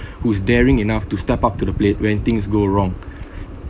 whose daring enough to step up to the plate when things go wrong